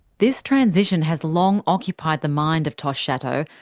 this transition has long occupied the mind of tosh szatow,